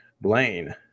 Blaine